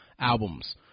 albums